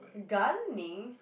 gardening